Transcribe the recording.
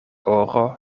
oro